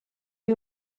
you